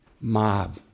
mob